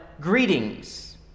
greetings